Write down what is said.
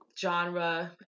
genre